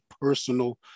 personal